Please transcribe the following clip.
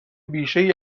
بیشهای